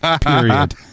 Period